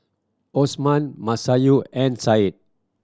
Osman Masayu and Said